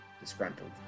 disgruntled